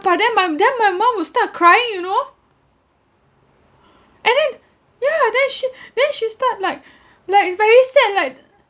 but then my then my mum will start crying you know and then yeah then she then she start like like is very sad like